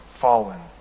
fallen